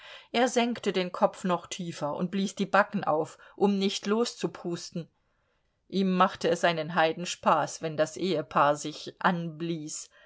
er senkte den kopf noch tiefer und blies die backen auf um nicht loszuprusten ihm machte es einen heidenspaß wenn das ehepaar sich anblies